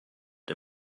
der